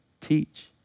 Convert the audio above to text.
teach